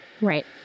Right